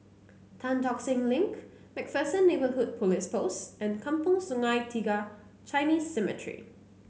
Tan Tock Seng Link MacPherson Neighbourhood Police Post and Kampong Sungai Tiga Chinese Cemetery